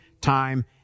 time